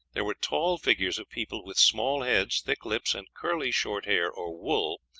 there were tall figures of people with small heads, thick lips, and curly short hair or wool,